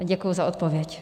Děkuji za odpověď.